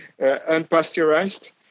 unpasteurized